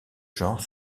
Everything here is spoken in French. genre